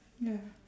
ya